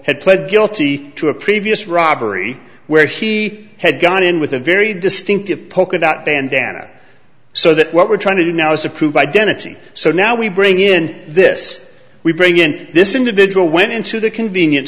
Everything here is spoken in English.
had pled guilty to a previous robbery where he had gone in with a very distinctive polka dot bandanna so that what we're trying to do now is to prove identity so now we bring in this we bring in this individual went into the convenience